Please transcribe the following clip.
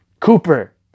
Cooper